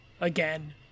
again